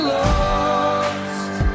lost